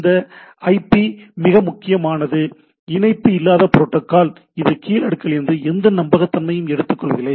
இந்த மிக முக்கியமானது இணைப்பு இல்லாத புரோட்டோக்கால் இது கீழ் அடுக்குகளிலிருந்து எந்த நம்பகத்தன்மையையும் எடுத்துக் கொள்வதில்லை